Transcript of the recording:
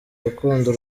urukundo